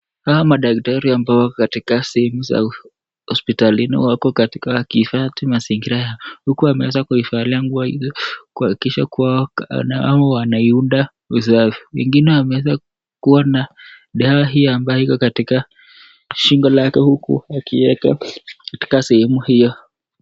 Hawa ni madaktari ambao wako katika sehemu za hospitalini wako katika kuhifadhi mazingira huku ameweza kuivalia nguo kuhakikisha kuwa anaiunda usafi. Mwingine ameweza kuwa na dawa hiyo ambayo iko katika shingo lake huku akiweka katika sehemu hiyo